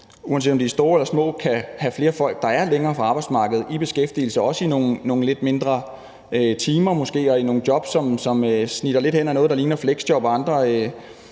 uanset om de er store eller små, kan have flere folk, der er længere fra arbejdsmarkedet, i beskæftigelse, måske i lidt færre timer og i nogle jobs, som snitter noget, der ligner fleksjob og andre